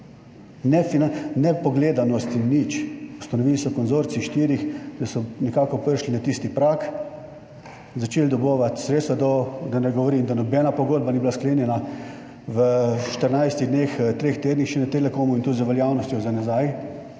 ne po gledanost, nič. Ustanovili so konzorcij štirih, da so nekako prišli na tisti prag, začeli dobivati sredstva, da ne govorim, da nobena pogodba ni bila sklenjena v 14 dneh, treh tednih še na Telekomu, in to z veljavnostjo za nazaj,